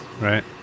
right